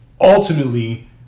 ultimately